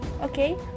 okay